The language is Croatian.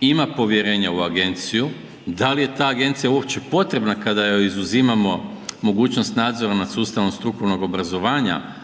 ima povjerenja u agenciju, da li ta agencija uopće potrebna kada joj izuzimamo mogućnost nadzora nad sustavom strukovnog obrazovanja